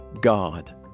God